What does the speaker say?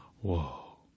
Whoa